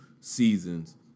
Seasons